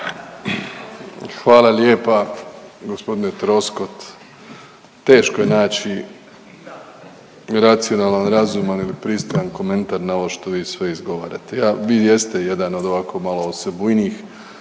Hvala lijepa gospodine Troskot. Teško je naći racionalan, razuman ili pristojan komentar na ovo što vi sve izgovarate. Vi jeste jedan od ovako malo osebujnijih